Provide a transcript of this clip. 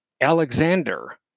Alexander